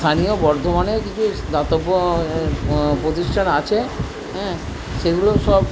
স্থানীয় বর্ধমানে কিছু দাতব্য প্রতিষ্ঠান আছে হ্যাঁ সেগুলো সব